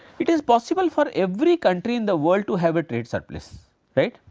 it is possible for every country in the world to have a trade surplus right,